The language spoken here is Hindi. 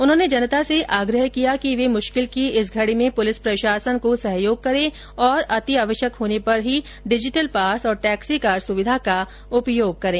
उन्होंने जनता से आग्रह किया कि वे मुश्किल की इस घडी में पुलिस प्रशासन को सहयोग करें और अतिआवश्यक होने पर ही डिजिटल पास और टैक्सी कार सुविधा का उपयोग करें